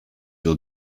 will